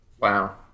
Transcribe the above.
Wow